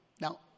Now